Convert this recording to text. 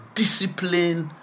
discipline